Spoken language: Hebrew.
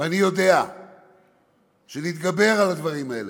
ואני יודע שנתגבר על הדברים האלה,